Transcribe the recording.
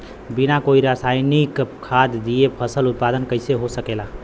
बिना कोई रसायनिक खाद दिए फसल उत्पादन कइसे हो सकेला?